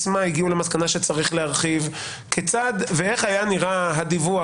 מה הגיעו למסקנה שצריך להרחיב; ואיך היה נראה הדיווח.